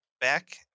back